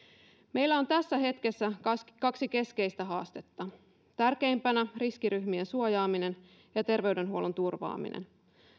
meillä on tässä hetkessä kaksi keskeistä haastetta tärkeimpänä riskiryhmien suojaaminen ja terveydenhuollon turvaaminen